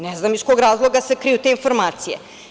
Ne znam iz kog razloga se kriju te informacije.